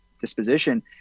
disposition